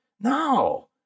No